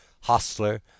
hostler